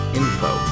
info